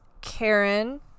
Karen